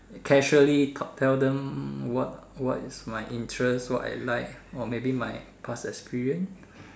causally tel~ tell them what what is my interest what I like or maybe my past experience